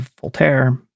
Voltaire